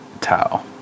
Tau